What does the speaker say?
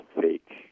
fake